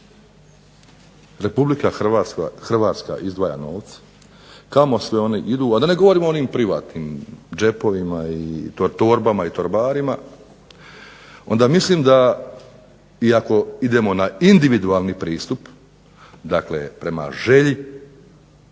na što sve RH izdvaja novce, kamo sve oni idu, a da ne govorim o onim privatnim džepovima, torbama i torbarima i onda mislim da iako idemo na individualni pristup dakle prema želji